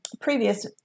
previous